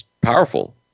powerful